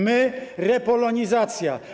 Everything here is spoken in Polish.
My - repolonizacja.